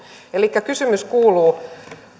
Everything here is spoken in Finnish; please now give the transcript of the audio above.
elikkä kysymys kuuluu